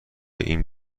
این